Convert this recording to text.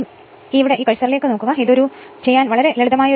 ഈ ആംഗിൾ കഴ്സറിനെ ആയിരിക്കും ഇതിന് ഇത് ചെയ്യാൻ കഴിയും ലളിതമായ